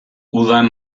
udan